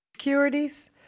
Securities